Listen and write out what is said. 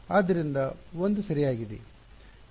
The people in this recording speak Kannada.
ಆದ್ದರಿಂದ ಒಂದು ಸರಿಯಾಗಿದೆ